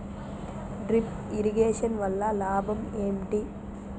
Drip irrigation వల్ల లాభం ఏంటి?